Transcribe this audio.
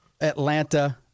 Atlanta